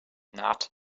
not